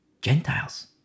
Gentiles